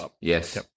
Yes